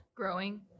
Growing